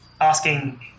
asking